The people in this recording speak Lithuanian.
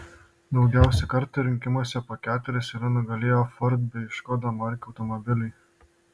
daugiausiai kartų rinkimuose po keturis yra nugalėję ford bei škoda markių automobiliai